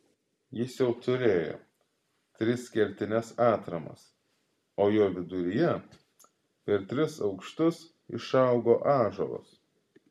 jis jau turėjo tris kertines atramas o jo viduryje per tris aukštus išaugo ąžuolas